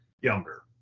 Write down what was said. younger